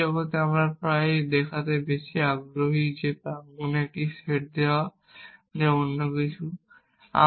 বাস্তব জগতে আমরা প্রায়ই দেখাতে বেশি আগ্রহী যে প্রাঙ্গনের একটি সেট দেওয়া যে অন্য কিছু সত্য